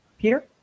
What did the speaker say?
Peter